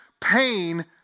pain